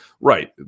Right